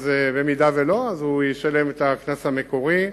אם לא, הוא ישלם את הקנס המקורי,